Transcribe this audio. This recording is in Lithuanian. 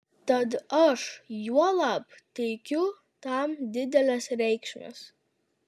tad aš juolab teikiu tam didelės reikšmės